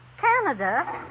Canada